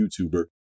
YouTuber